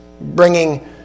bringing